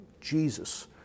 Jesus